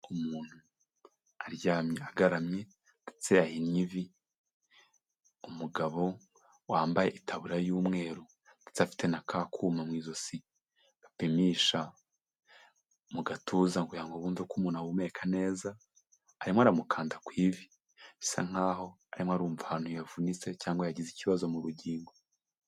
Umuntu aryamye agaramye, ndetse yahinnye ivi, umugabo wambaye itaburiya y'umweru ndetse afite na ka kuma mu ijosi bapimisha mu gatuza kugira ngo bumve ko umuntu ahumeka neza, arimo aramukanda ku ivi, bisa nkaho arimo arumva ahantu havunitse cyangwa yagize ikibazo mu bugingo.